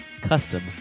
custom